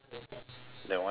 that one you're fine